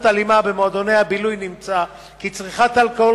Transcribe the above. אלימה במועדוני הבילוי נמצא כי צריכת אלכוהול